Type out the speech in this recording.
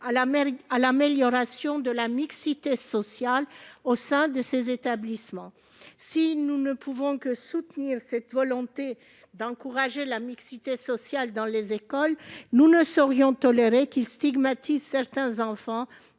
à l'amélioration de la mixité sociale au sein de ces établissements. » Si nous ne pouvons que soutenir cette volonté d'encourager la mixité sociale dans les écoles, nous ne saurions tolérer qu'il stigmatise certains enfants